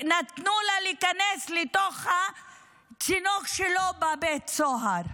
ונתנו לה להיכנס לתוך הצינוק שלו בבית סוהר.